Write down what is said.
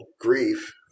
grief